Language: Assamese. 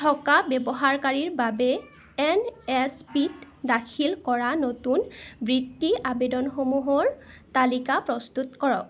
থকা ব্যৱহাৰকাৰীৰ বাবে এন এছ পি ত দাখিল কৰা নতুন বৃত্তি আবেদনসমূহৰ তালিকা প্ৰস্তুত কৰক